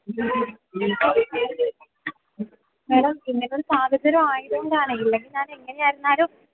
madam ഇങ്ങനെ ഒരു സാഹചര്യം ആയതു കൊണ്ടാണ് ഇല്ലെങ്കിൽ ഞാൻ ഏങ്ങനെയായിരുന്നാലും